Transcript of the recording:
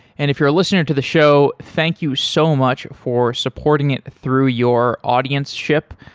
and if you're listening to the show, thank you so much for supporting it through your audienceship.